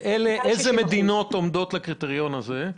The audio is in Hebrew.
איזה מדינות עומדות בקריטריון הזה?